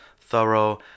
thorough